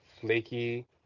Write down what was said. flaky